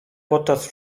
podczas